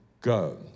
go